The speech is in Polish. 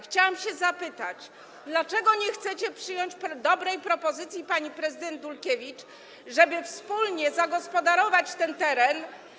Chciałam się zapytać, dlaczego nie chcecie przyjąć dobrej propozycji pani prezydent Dulkiewicz, żeby wspólnie zagospodarować ten teren.